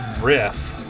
riff